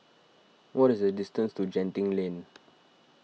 what is the distance to Genting Lane